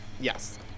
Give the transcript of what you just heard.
Yes